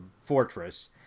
fortress